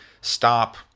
stop